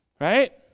right